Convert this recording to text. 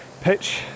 pitch